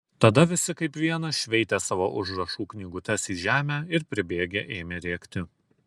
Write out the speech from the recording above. tada visi kaip vienas šveitė savo užrašų knygutes į žemę ir pribėgę ėmė rėkti